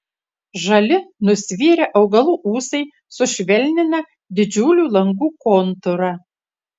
žali nusvirę augalų ūsai sušvelnina didžiulių langų kontūrą